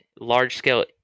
large-scale